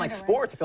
like sports, but